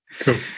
Cool